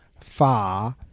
far